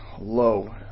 low